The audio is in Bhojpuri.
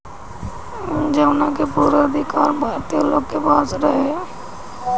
जवना के पूरा अधिकार भारतीय लोग के पास रहे